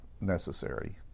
necessary